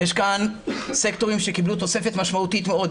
יש סקטורים שקיבלו תוספת משמעותית מאוד,